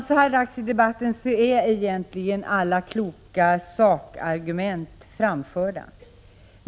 Så här dags i debatten är egentligen alla kloka sakargument framförda.